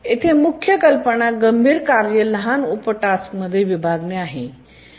येथे मुख्य कल्पना गंभीर कार्य लहान उपटास्कमध्ये विभागणे आहे